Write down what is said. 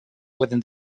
within